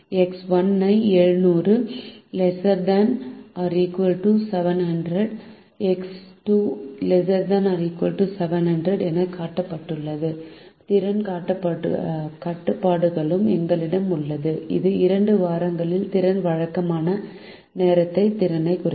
X 1 ஐ 700 ≤ 700 x 2 ≤ 700 எனக் கட்டுப்படுத்தும் திறன் கட்டுப்பாடுகளும் எங்களிடம் உள்ளன இது 2 வாரங்களில் திறன் வழக்கமான நேரத் திறனைக் குறிக்கிறது